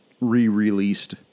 re-released